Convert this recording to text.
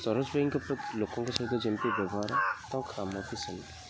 ସରୋଜ ଭାଇଙ୍କ ପ୍ରତି ଲୋକଙ୍କ ସହିତ ଯେମିତି ବ୍ୟବହାର ତାଙ୍କ କାମ ବି ସେମିତି